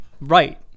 Right